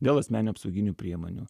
dėl asmeninių apsauginių priemonių